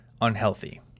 unhealthy